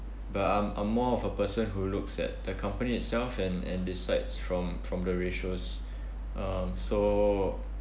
but I'm I'm more of a person who looks at the company itself and and decides from from the ratios um so